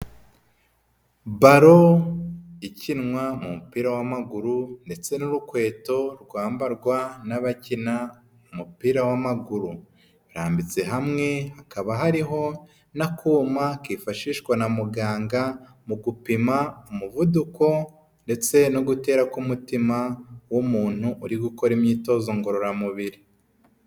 Balo ikinwa mu mupira w'amaguru ndetse n'urukweto rwambarwa n'abakina umupira w'amaguru irambitse hamwe hakaba hariho n'akuma kifashishwa na muganga mu gupima umuvuduko ndetse no gutera k'umutima w'umuntu uri gukora imyitozo ngororamubiri.